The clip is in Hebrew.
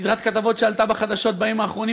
סדרת כתבות שעלתה בחדשות בימים האחרונים